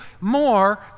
more